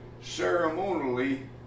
ceremonially